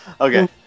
Okay